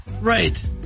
Right